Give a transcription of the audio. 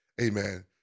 Amen